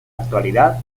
actualidad